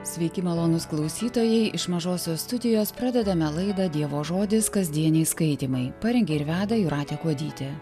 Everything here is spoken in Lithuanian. sveiki malonūs klausytojai iš mažosios studijos pradedame laidą dievo žodis kasdieniai skaitymai parengė ir veda jūratė kuodytė